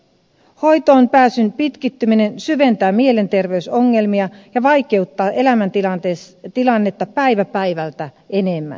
hoitoonpääsyn pitkittyminen syventää mielenterveysongelmia ja vaikeuttaa elämäntilannetta päivä päivältä enemmän